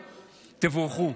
תבורכו.